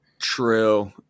true